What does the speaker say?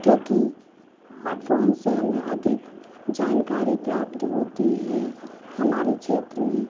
क्योंकि फ़ोन से हमें अधिक जानकारी प्राप्त होती है हमारे क्षेत्र में